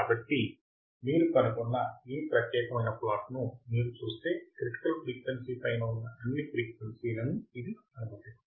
కాబట్టి మీరు కనుగొన్న ఈ ప్రత్యేకమైన ప్లాట్ను మీరు చూస్తే క్రిటికల్ ఫ్రీక్వెన్సీ పైన ఉన్న అన్ని ఫ్రీక్వెన్సీ లను ఇది అనుమతిస్తుంది